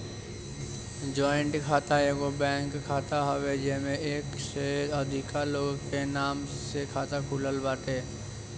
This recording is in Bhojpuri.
जॉइंट खाता एगो बैंक खाता हवे जेमे एक से अधिका लोग के नाम से खाता खुलत बाटे